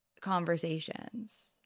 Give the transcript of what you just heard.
conversations